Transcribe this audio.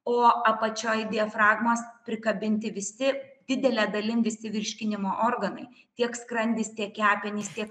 o apačioj diafragmos prikabinti visi didele dalim visi virškinimo organai tiek skrandis tiek kepenys tiek